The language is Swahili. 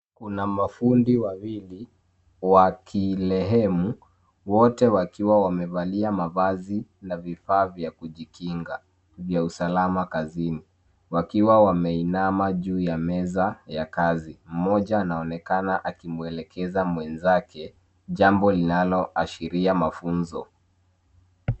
Kuna mafundi wawili, wakilehemu, wote wakiwa wamevalia mavazi na vifaa vya kujikinga vya usalama kazini, wakiwa wameinama juu ya meza ya kazi. Mmoja anaonekana akimwelekeza mwenzake, jambo linaloashiria mafunzo.